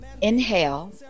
Inhale